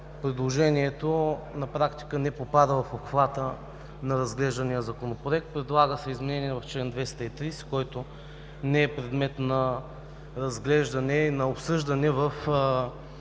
предложението на практика не попада в обхвата на разглеждания Законопроект – предлага се изменение в чл. 230, който не е предмет на разглеждане и на обсъждане в